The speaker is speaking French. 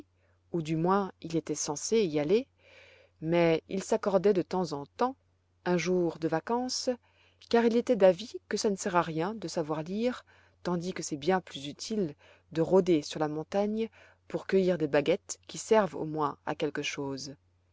ou du moins il était censé y aller mais il s'accordait de temps en temps un jour de vacance car il était d'avis que ça ne sert à rien de savoir lire tandis que c'est bien plus utile de rôder sur la montagne pour cueillir des baguettes qui servent au moins à quelque chose